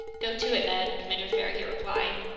go to it, ned, commander farragut replied.